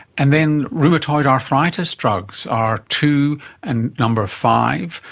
and then rheumatoid arthritis drugs are two and number five.